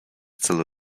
celu